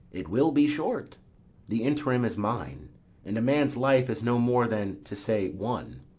it will be short the interim is mine and a man's life is no more than to say one.